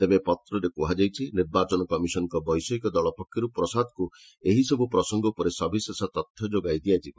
ତେବେ ପତ୍ରରେ କୃହାଯାଇଛି ନିର୍ବାଚନ କମିଶନ୍ଙ୍କ ବୈଷୟିକ ଦଳ ପକ୍ଷରୁ ପ୍ରସାଦକୁ ଏହିସବୁ ପ୍ରସଙ୍ଗ ଉପରେ ସବିଶେଷ ତଥ୍ୟ ଯୋଗାଇ ଦିଆଯିବ